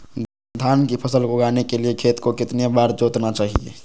धान की फसल उगाने के लिए खेत को कितने बार जोतना चाइए?